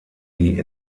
die